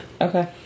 Okay